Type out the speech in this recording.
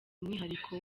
umwihariko